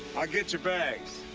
i'll get your bags.